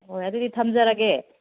ꯍꯣꯏ ꯑꯗꯨꯗꯤ ꯊꯝꯖꯔꯒꯦ